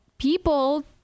People